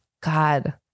God